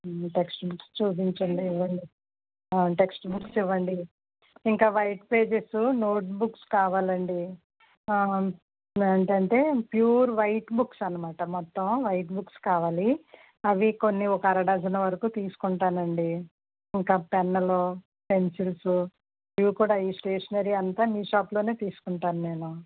text books చూపించండి ఇవ్వండి text books ఇవ్వండి ఇంకా వైట్ పేజెస్ నోట్ బుక్స్ కావాలండి ఏంటంటే ప్యూర్ వైట్ బుక్స్ అన్నమాట మొత్తం వైట్ బుక్స్ కావాలి అవి కొన్ని ఒక అరడజను వరకు తీసుకుంటానండి ఇంకా పెన్నులు పెన్సిల్సు ఇవి కూడా ఈ స్టేషనరీ అంతా మీ షాప్లోనే తీసుకుంటాను నేను